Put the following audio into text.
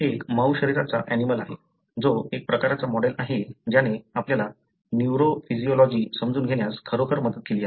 एक मऊ शरीराचा ऍनिमलं आहे जो एक प्रकारचा मॉडेल आहे ज्याने आपल्याला न्यूरोफिजियोलॉजी समजून घेण्यास खरोखर मदत केली